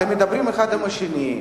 אתם מדברים אחד עם השני,